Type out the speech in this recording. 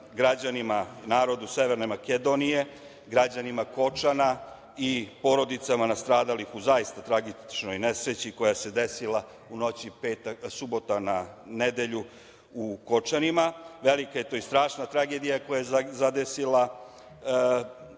građanima, narodu Severne Makedonije, građanima Kočana i porodicama nastradalih u zaista tragičnoj nesreći koja se desila u noći subota na nedelju u Kočanima. To je strašna tragedija koja je zadesila